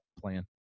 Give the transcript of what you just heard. plan